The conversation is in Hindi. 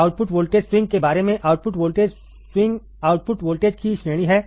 आउटपुट वोल्टेज स्विंग के बारे में output voltage swing output voltage की श्रेणी है